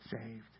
saved